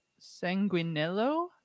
sanguinello